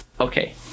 Okay